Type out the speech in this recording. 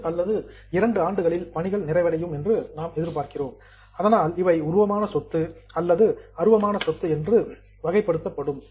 1 அல்லது 2 ஆண்டுகளில் பணிகள் நிறைவடையும் என்று நாம் எதிர்பார்க்கிறோம் அதனால் இவை உருவமான சொத்து அல்லது அருவமான சொத்து என்று கிளாசிஃபைட் வகைப்படுத்தப்படும்